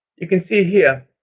you can see here,